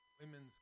women's